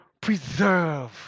preserve